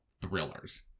thrillers